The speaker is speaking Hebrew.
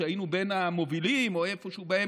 שהיינו בין המובילים או איפשהו באמצע,